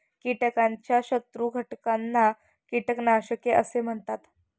कीटकाच्या शत्रू घटकांना कीटकनाशके असे म्हणतात